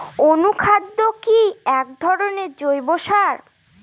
অনুখাদ্য কি এক ধরনের জৈব সার?